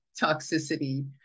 toxicity